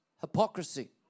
hypocrisy